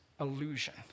illusion